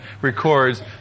records